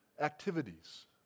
activities